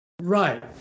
Right